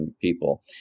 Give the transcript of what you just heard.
people